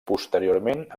posteriorment